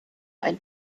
ein